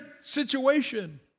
situation